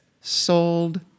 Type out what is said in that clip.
sold